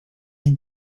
can